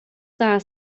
dda